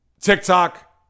TikTok